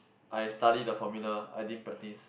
I study the formula I din practice